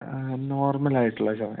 ആ നോർമൽ ആയിട്ടുള്ള ചുമ